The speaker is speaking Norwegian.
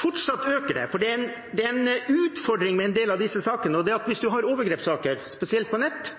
Fortsatt øker det, for det er en utfordring med en del av disse sakene. Hvis man har overgrepssaker, spesielt på nett,